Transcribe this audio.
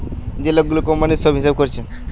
যে লোক গুলা কোম্পানির সব হিসাব কোরছে